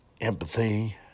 empathy